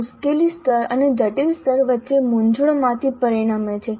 આ મુશ્કેલી સ્તર અને જટિલ સ્તર વચ્ચે મૂંઝવણમાંથી પરિણમે છે